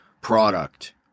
product